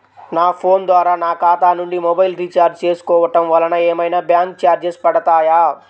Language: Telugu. నా ఫోన్ ద్వారా నా ఖాతా నుండి మొబైల్ రీఛార్జ్ చేసుకోవటం వలన ఏమైనా బ్యాంకు చార్జెస్ పడతాయా?